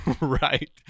Right